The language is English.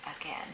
again